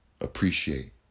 appreciate